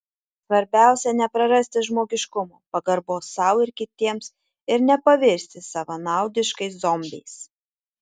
svarbiausia neprarasti žmogiškumo pagarbos sau ir kitiems ir nepavirsti savanaudiškais zombiais